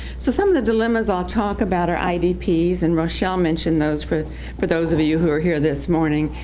so some of the dilemmas i'll talk about are idps and and rochelle mentioned those for for those of you who are here this morning,